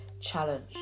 challenge